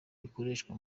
bikoreshwa